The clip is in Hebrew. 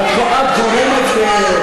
לא, אתם הפרעתם לי.